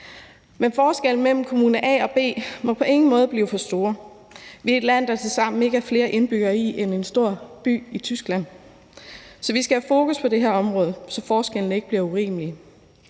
Men forskellene mellem kommune A og kommune B må på ingen måde blive for store. Vi er et land, hvor vi tilsammen ikke er flere indbyggere end i en stor by i Tyskland, så vi skal have fokus på det her område, så forskellene ikke bliver urimelige.